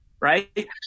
right